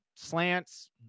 Slants